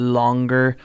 longer